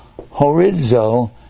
horizo